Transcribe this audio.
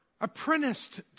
apprenticed